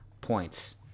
points